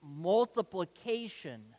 multiplication